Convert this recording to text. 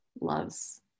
loves